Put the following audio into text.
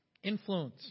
Influence